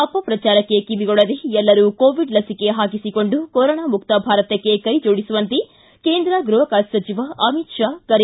ಅಪಪ್ರಚಾರಕ್ಷೆ ಕಿವಿಗೊಡದೇ ಎಲ್ಲರೂ ಕೋವಿಡ್ ಲಸಿಕೆ ಹಾಕಿಸಿಕೊಂಡು ಕೊರೊನಾಮುಕ್ತ ಭಾರತಕ್ಕೆ ಕೈಜೋಡಿಸುವಂತೆ ಕೇಂದ್ರ ಗೃಹ ಖಾತೆ ಸಚಿವ ಅಮಿತ್ ಶಾ ಕರೆ